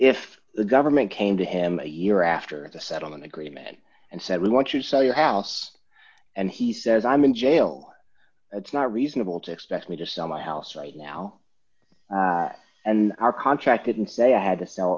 if the government came to him a year after the settlement agreement and said we want you sell your house and he says i'm in jail it's not reasonable to expect me to sell my house right now and our contract didn't say i had to sell